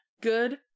good